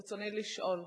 ברצוני לשאול: